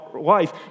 life